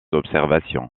observations